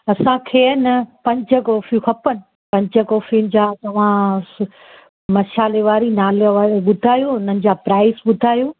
असांखे आहे न पंज कॉफ़ियूं खपनि पंज कॉफ़ियुनि जा तव्हां श म वारी नालो वालो ॿुधायो हुननि जा प्राइज ॿुधायो